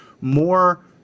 more